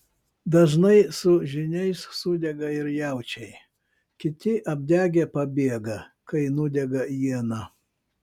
dažnai su žyniais sudega ir jaučiai kiti apdegę pabėga kai nudega iena